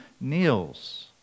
kneels